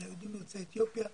ליהודים יוצאי אתיופיה.